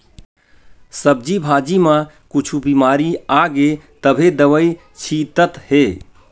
सब्जी भाजी म कुछु बिमारी आगे तभे दवई छितत हे